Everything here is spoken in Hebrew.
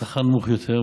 השכר נמוך יותר,